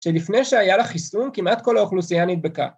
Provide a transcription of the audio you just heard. ‫שלפני שהיה לה חיסון ‫כמעט כל האוכלוסייה נדבקה.